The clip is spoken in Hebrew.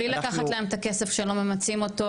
בלי לקחת להם את הכסף שלא ממצים אותו,